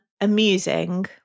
amusing